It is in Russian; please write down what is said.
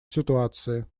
ситуации